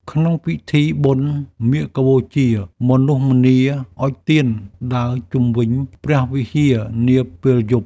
ក្នុងពិធីបុណ្យមាឃបូជា មនុស្សម្នាអុជទៀនដើរជុំវិញព្រះវិហារនាពេលយប់។